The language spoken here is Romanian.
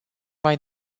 mai